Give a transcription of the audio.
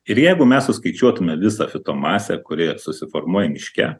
ir jeigu mes suskaičiuotume visa fito masę kuri susiformuoja miške